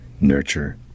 nurture